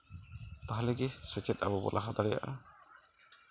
ᱵᱷᱟᱦᱚᱞᱮ ᱜᱮ ᱥᱮᱪᱮᱫ ᱟᱵᱚ ᱵᱚᱱ ᱞᱟᱦᱟ ᱫᱟᱲᱮᱭᱟᱜᱼᱟ